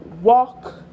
walk